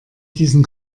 diesen